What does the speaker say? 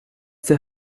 der